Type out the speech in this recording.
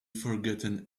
forgotten